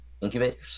incubators